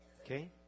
Okay